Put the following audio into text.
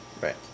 Right